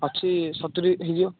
ଅଛି ସତୁରୀ ହେଇଯିବ